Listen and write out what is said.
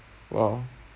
!wow!